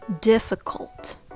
Difficult